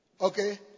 Okay